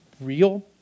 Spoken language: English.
real